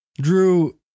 Drew